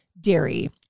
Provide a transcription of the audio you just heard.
dairy